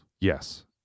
Yes